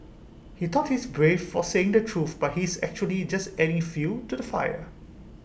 he thought he's brave for saying the truth but he's actually just adding fuel to the fire